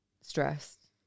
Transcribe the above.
stressed